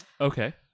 Okay